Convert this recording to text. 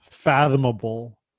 Fathomable